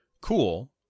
cool